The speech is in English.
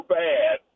bad